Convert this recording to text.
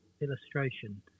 illustration